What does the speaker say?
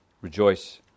Rejoice